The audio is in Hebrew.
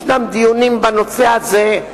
יש דיונים בנושא הזה,